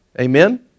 Amen